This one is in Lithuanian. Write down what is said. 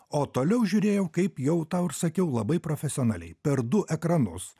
o toliau žiūrėjau kaip jau tau ir sakiau labai profesionaliai per du ekranus